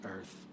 earth